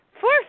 four